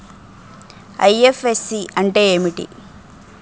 IFSC అంటే ఏమిటి?